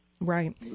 Right